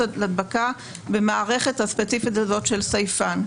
ההדבקה במערכת הספציפית הזאת של סייפן.